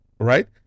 Right